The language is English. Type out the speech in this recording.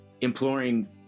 imploring